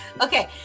Okay